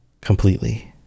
completely